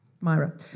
Myra